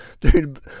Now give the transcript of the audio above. dude